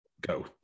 go